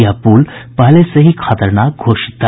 यह पुल पहले से ही खतरनाक घोषित था